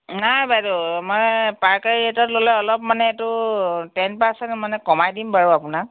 নাই বাইদেউ আমাৰ পাইকাৰী ৰেটত ল'লে অলপ এইটো মানে টেন পাৰ্চেণ্ট মানে কমাই দিম বাৰু আপোনাক